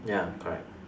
ya correct